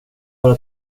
vara